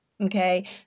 okay